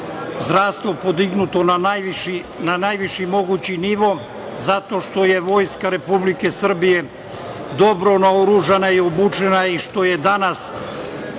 zdravstvo podignuto na najviši mogući nivo, zato što je vojska Republike Srbije dobro naoružana i obučena, što danas